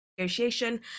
negotiation